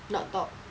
not talk